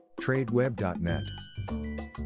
tradeweb.net